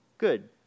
good